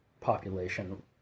population